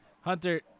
Hunter